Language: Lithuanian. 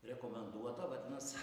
rekomenduota vadinas